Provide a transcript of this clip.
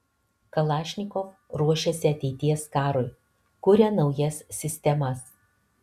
kalašnikov ruošiasi ateities karui kuria naujas sistemas